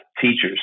teachers